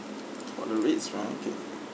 for the rates right